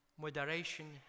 Moderation